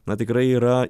na tikrai yra